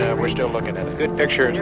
we're still looking at a good picture.